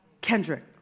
Kendrick